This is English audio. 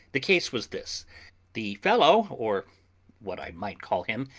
the case was this the fellow, or what i might call him,